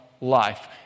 life